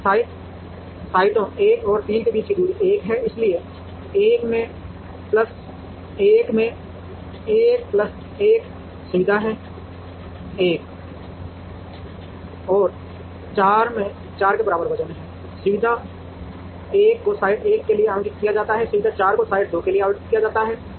तो साइटों 1 और 3 के बीच की दूरी 1 है इसलिए 1 में 1 प्लस सुविधाएं 1 और 4 में 4 के बराबर वजन है सुविधा 1 को साइट 1 के लिए आवंटित किया जाता है सुविधा 4 को साइट 2 के लिए आवंटित किया जाता है